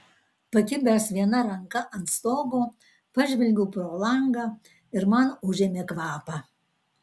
pakibęs viena ranka ant stogo pažvelgiau pro langą ir man užėmė kvapą